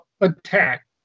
attack